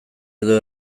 edo